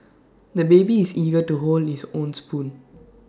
the baby is eager to hold his own spoon